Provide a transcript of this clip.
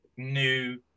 new